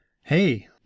Hey